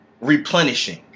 replenishing